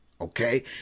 Okay